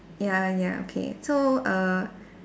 ya ya okay so err